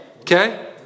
Okay